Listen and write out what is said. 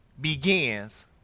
begins